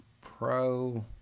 pro